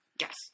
Yes